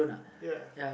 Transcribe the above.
ya